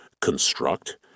construct